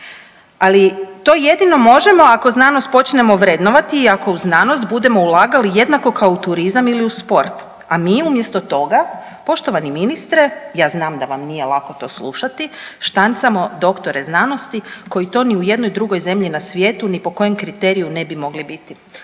ali to jedino možemo ako znanost počnemo vrednovati i ako u znanost budemo ulagali jednako kao u turizam ili u sport. A mi umjesto toga poštovani ministre ja znam da vam nije lako to slušati, štancamo doktore znanosti koji to ni u jednoj drugoj zemlji na svijetu ni po kojem kriteriju ne bi mogli biti.